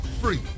free